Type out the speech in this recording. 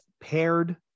paired